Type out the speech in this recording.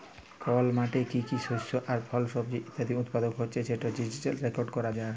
call মাঠে কি কি শস্য আর ফল, সবজি ইত্যাদি উৎপাদল হচ্যে সেটা ডিজিটালি রেকর্ড ক্যরা রাখা